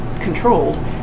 controlled